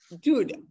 Dude